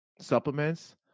supplements